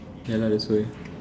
ya lah that's why